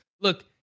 look –